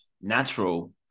natural